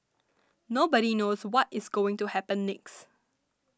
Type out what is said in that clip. nobody knows what is going to happen next